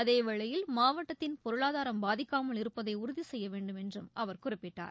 அதே வேளையில் மாவட்டத்தின் பொருளாதாரம் பாதிக்காமல் இருப்பதை உறுதி செய்ய வேண்டுமென்றும் அவர் குறிப்பிட்டார்